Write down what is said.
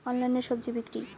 অনলাইনে স্বজি বিক্রি?